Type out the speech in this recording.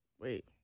Wait